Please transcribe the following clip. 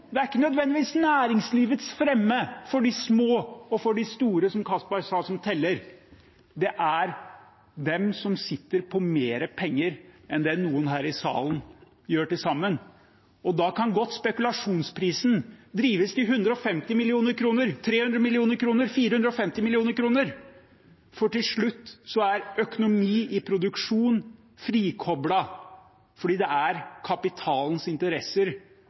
det er ikke nødvendigvis næringslivets fremme – for de små og for de store, som Castberg sa – som teller. Det som teller, er de som sitter på mer penger enn det alle her i salen gjør til sammen. Da kan godt spekulasjonsprisen drives til 150 mill. kr, til 300 mill. kr eller til 450 mill. kr, for til slutt er økonomi i produksjon frikoblet fordi det er kapitalens interesser